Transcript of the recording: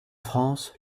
france